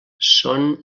són